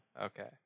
Okay